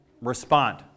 respond